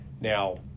now